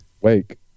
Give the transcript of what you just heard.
Wake